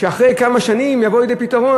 אחרי כמה שנים יבוא לידי פתרון,